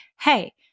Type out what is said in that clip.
hey